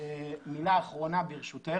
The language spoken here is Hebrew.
מילה אחרונה, ברשותך.